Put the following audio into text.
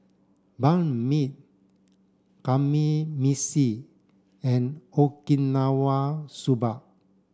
Banh Mi Kamameshi and Okinawa soba